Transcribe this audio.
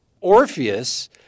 Orpheus